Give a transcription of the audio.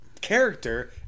character